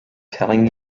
telling